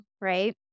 right